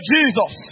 Jesus